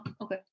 okay